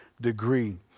degree